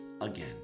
again